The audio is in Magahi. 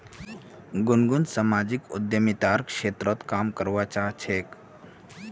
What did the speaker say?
गुनगुन सामाजिक उद्यमितार क्षेत्रत काम करवा चाह छेक